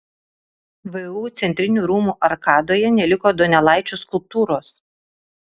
vu centrinių rūmų arkadoje neliko donelaičio skulptūros